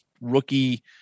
rookie